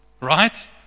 Right